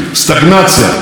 לא אצלנו.